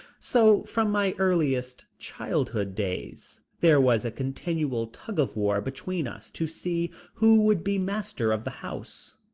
so from my earliest childhood days there was a continual tug of war between us to see who would be master of the house.